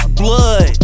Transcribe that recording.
blood